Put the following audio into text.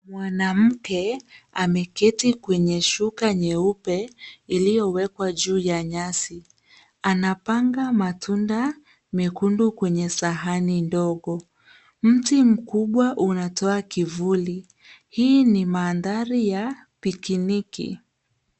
Mwanamke ameketi kwenye shuka nyeupe iliyowekwa juu ya nyasi. Anapanga matunda mekundu kwenye sahani ndogo. Mti mkubwa unatoa kivuli. Hii ni mandhari ya pikini.